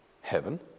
Heaven